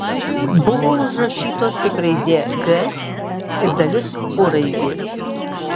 buvo užrašytos tik raidė g ir dalis u raidės